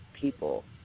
people